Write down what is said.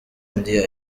andi